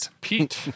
Pete